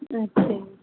ਅੱਛਾ ਜੀ